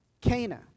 Cana